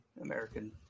american